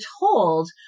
told